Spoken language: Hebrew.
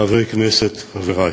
חברי הכנסת, חברי,